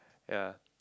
ya